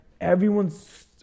everyone's